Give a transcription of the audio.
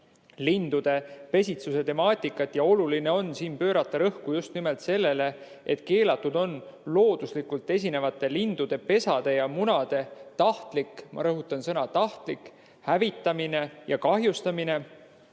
lindude pesitsuse temaatikat. Oluline on siin pöörata rõhku just nimelt sellele, et keelatud on looduslikult esinevate lindude pesade ja munade tahtlik – ma rõhutan sõna "tahtlik" – hävitamine ja kahjustamine